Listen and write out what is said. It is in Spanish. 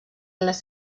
las